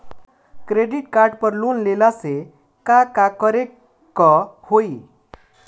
Credit card पर loan लेला से का का करे क होइ?